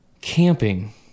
Camping